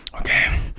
okay